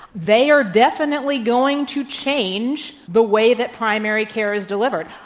they are definitely going to change the way that primary care is delivered.